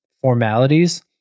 formalities